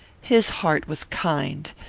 his heart was kind,